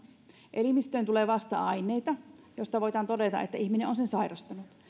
elimistöön tulee vasta aineita joista voidaan todeta että ihminen on sen sairastanut